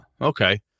Okay